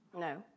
No